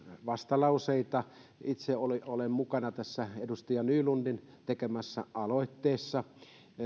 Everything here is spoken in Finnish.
vastalauseita ja itse olen mukana tässä edustaja nylundin tekemässä aloitteessa